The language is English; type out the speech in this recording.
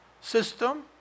system